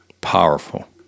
Powerful